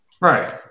Right